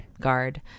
Guard